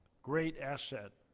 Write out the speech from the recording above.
great asset